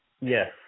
yes